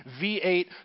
V8